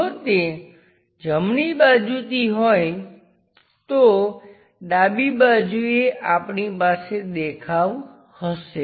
જો તે જમણી બાજુથી હોય તો ડાબી બાજુએ આપણી પાસે દેખાવ હશે